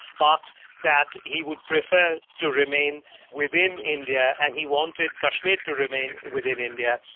but that he would prefer to remain within india and he wanted kashmir to remain within india,